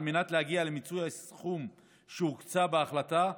על מנת להגיע למיצוי הסכום שהוקצה בהחלטה,